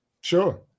Sure